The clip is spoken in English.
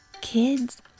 Kids